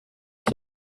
said